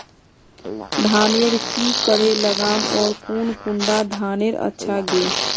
धानेर की करे लगाम ओर कौन कुंडा धानेर अच्छा गे?